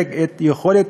ולשדרג את יכולת